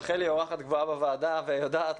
רחלי אורחת קבועה בוועדה ויודעת.